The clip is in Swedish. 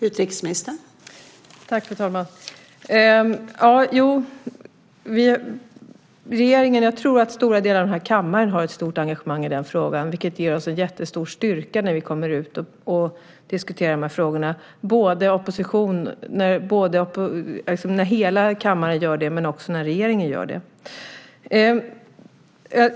Fru talman! Jo, både regeringen och stora delar av den här kammaren, tror jag, har ett stort engagemang i den här frågan. Det ger oss en jättestor styrka när vi kommer ut och diskuterar de här frågorna, att hela kammaren och också regeringen gör det.